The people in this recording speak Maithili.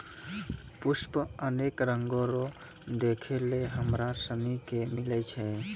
पुष्प अनेक रंगो रो देखै लै हमरा सनी के मिलै छै